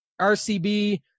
RCB